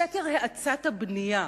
שקר האצת הבנייה,